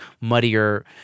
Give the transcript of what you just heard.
muddier